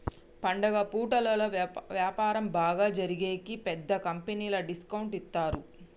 పండుగ పూటలలో వ్యాపారం బాగా జరిగేకి పెద్ద కంపెనీలు డిస్కౌంట్ ఇత్తారు